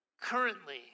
currently